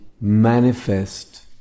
manifest